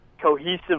cohesive